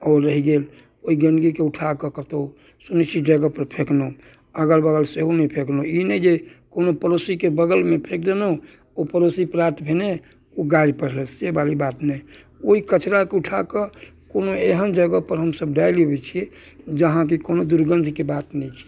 आओर रहि गेल ओहि गंदगीके उठा कऽ कतहुँ सुनिश्चित जगह पर फेकलहुँ अगल बगल सेहो नहि फेकलहुँ ई नहि जे कोनो पड़ोसीके बगलमे फेंक देलहुँ ओ पड़ोसी प्रात भेने ओ गारि पढ़लक से बाली बात नहि ओहि कचरा कऽ उठा कऽ कोनो एहन जगह पर हमसब डालि अबैत छियै जहाँ की कोनो दुर्गन्धके बात नहि छै